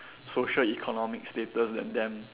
social economic status than them